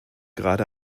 gerade